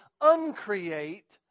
uncreate